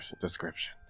description